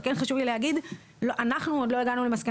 אבל כן חשוב לי ל הגיד שאנחנו עוד לא הגענו למסקנה